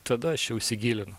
tada aš jau įsigilinu